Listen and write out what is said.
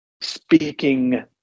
speaking